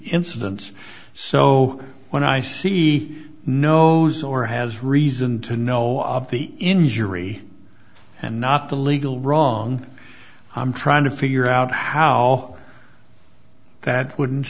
incidents so when i see no knows or has reason to know of the injury and not the legal wrong i'm trying to figure out how that would